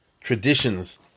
traditions